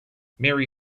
mary